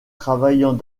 travaillant